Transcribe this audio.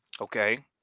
Okay